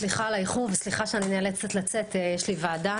סליחה על האיחור ושאני נאלצת לצאת - יש לי ועדה.